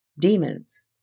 demons